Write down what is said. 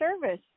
service